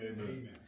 Amen